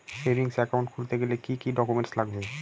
Savings account খুলতে গেলে কি কি ডকুমেন্টস লাগবে?